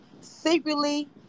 secretly